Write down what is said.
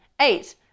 eight